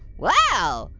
wow!